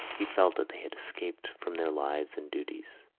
he felt that they had escaped from their lives and duties,